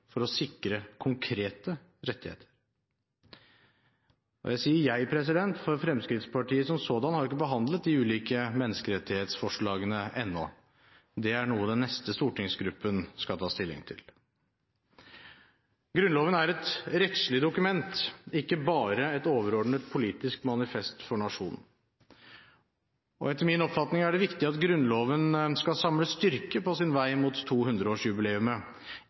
for å sikre konkrete rettigheter. Jeg sier «jeg», for Fremskrittspartiet som sådan har ikke behandlet de ulike menneskerettighetsforslagene ennå. Det er noe den neste stortingsgruppen skal ta stilling til. Grunnloven er et rettslig dokument, ikke bare et overordnet politisk manifest for nasjonen. Etter min oppfatning er det viktig at Grunnloven skal samle styrke på sin vei mot